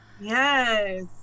Yes